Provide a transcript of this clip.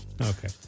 Okay